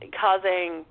causing